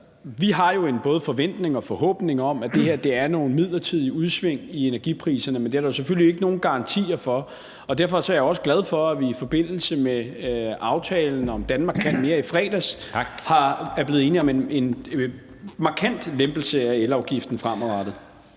Vi har jo både en forventning og en forhåbning om, at det her er nogle midlertidige udsving i energipriserne, men det er der selvfølgelig ikke nogen garanti for, og derfor er jeg også glad for, at vi i forbindelse med aftalen om »Danmark kan mere I« i fredags er blevet enige om en markant lempelse af elafgiften fremadrettet.